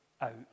out